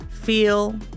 feel